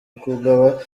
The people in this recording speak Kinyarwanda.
kugaba